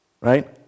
Right